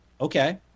Okay